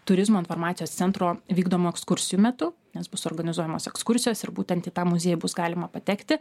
turizmo informacijos centro vykdomų ekskursijų metu nes bus organizuojamos ekskursijos ir būtent į tą muziejų bus galima patekti